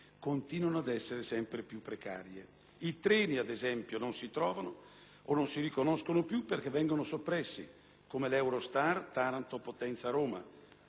continuano ad essere sempre più precarie. I treni, ad esempio, o non si trovano o non si riconoscono più, perché o vengono soppressi (come l'Eurostar Taranto-Potenza-Roma)